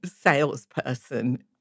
salesperson